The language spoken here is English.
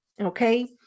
Okay